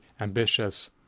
ambitious